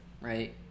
right